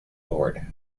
board